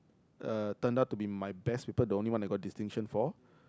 uh turned out to be my best paper the only one I got distinction for